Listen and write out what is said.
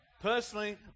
Personally